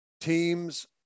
Teams